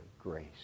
Grace